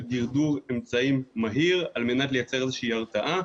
דירדור אמצעים מהיר על מנת לייצר איזו שהיא הרתעה.